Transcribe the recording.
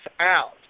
out